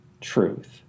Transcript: truth